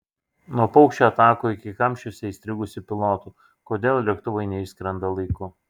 nuo paukščių atakų iki kamščiuose įstrigusių pilotų kodėl lėktuvai neišskrenda laiku